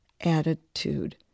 attitude